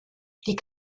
die